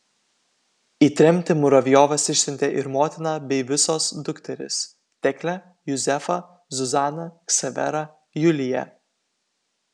į tremtį muravjovas išsiuntė ir motiną bei visos dukteris teklę juzefą zuzaną ksaverą juliją